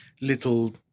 little